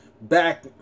back